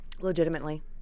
legitimately